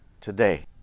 today